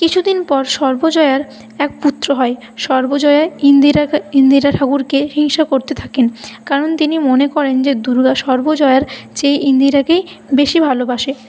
কিছুদিন পর সর্বজয়ার এক পুত্র হয় সর্বজয়া ইন্দিরাকে ইন্দির ঠাকরুনকে হিংসা করতে থাকেন কারণ তিনি মনে করেন যে দুর্গা সর্বজয়ার চেয়ে ইন্দিরকেই বেশি ভালোবাসে